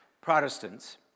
Protestants